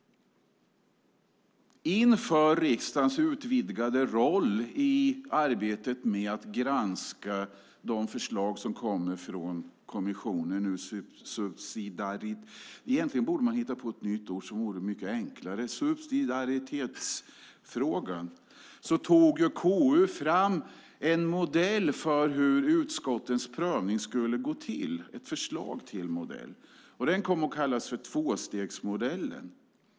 Inför riksdagens utvidgade roll i arbetet med att granska de förslag som kommer från kommissionen med avseende på subsidiaritet - man borde hitta på ett enklare ord, egentligen - tog ju KU fram ett förslag till modell för hur utskottens prövning skulle gå till. Den kom att kallas för tvåstegsmodellen.